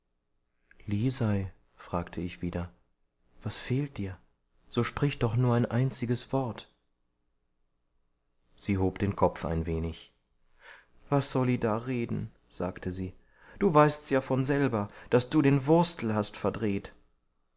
lisei fragte ich wieder was fehlt dir so sprich doch nur ein einziges wort sie hob den kopf ein wenig was soll i da red'n sagte sie du weißt's ja von selber daß du den wurstl hast verdreht